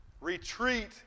Retreat